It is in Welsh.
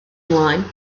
ymlaen